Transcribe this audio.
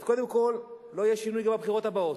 אז קודם כול, לא יהיה שינוי גם בבחירות הבאות.